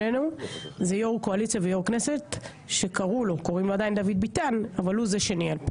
יו"ר קואליציה ויו"ר ועדת כנסת דוד ביטן שניהל.